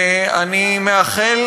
ואני מאחל